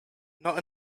not